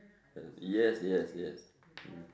uh yes yes yes